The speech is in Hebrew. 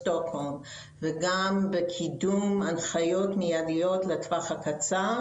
שטוקהולם וגם בקידום הנחיות מיידיות לטווח הקצר